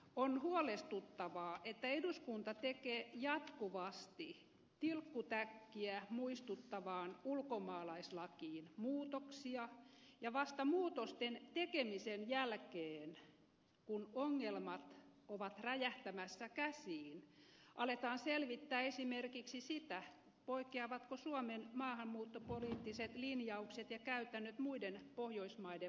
on huolestuttavaa että eduskunta tekee jatkuvasti tilkku täkkiä muistuttavaan ulkomaalaislakiin muutoksia ja vasta muutosten tekemisen jälkeen kun ongelmat ovat räjähtämässä käsiin aletaan selvittää esimerkiksi sitä poikkeavatko suomen maahanmuuttopoliittiset linjaukset ja käytännöt muiden pohjoismaiden vastaavista